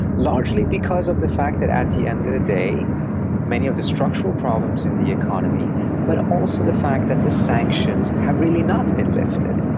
largely because of the fact that at the end of the day many of the structural problems in the economy but also the fact that the sanctions have really not been lifted.